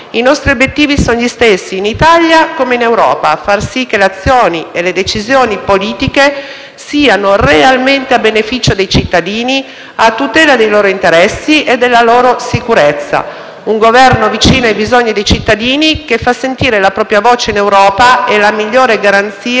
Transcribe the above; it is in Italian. siano realmente a beneficio dei cittadini e a tutela dei loro interessi e della loro sicurezza. Un Governo vicino ai bisogni dei cittadini che fa sentire la propria voce in Europa è la migliore garanzia di un reale cambiamento delle istituzioni comunitarie.